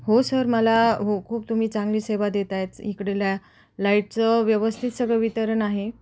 हो सर मला हो खूप तुम्ही चांगली सेवा देतायच इकडल्या लाईटचं व्यवस्थित सगळं वितरण आहे